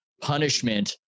punishment